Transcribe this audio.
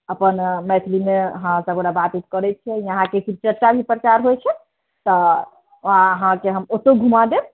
अपन मैथलीमे अहाँ सब गोरा बात ओत करैत छियै यहाँके शिव चर्चा भी प्रचार होइत छै तऽ अहाँकेँ हम ओतऽ घुमा देब